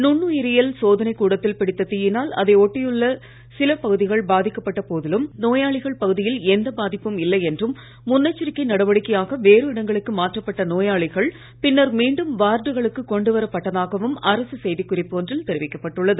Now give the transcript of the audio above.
நுண்ணுயிரியல் சோதனை கூடத்தில் பிடித்த தீயினால் அதை ஒட்டியுள்ள சில பகுதிகள் பாதிக்கப்பட்ட போதிலும் நோயாளிகள் பகுதியில் எந்த பாதிப்பும் இல்லை என்றும் இடங்களுக்கு மாற்றப்பட்ட நோயாளிகள் பின்னர் மீண்டும் வார்டுகளுக்கு கொண்டுவரப் பட்டதாகவும் அரசு செய்திக்குறிப்பு ஒன்றில் தெரிவிக்கப் பட்டுள்ளது